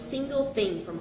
single thing from